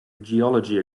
geology